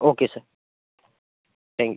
okay sir thank you